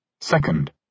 Second